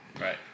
Right